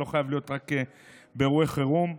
זה לא חייב להיות רק באירועי חירום.